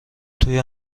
توی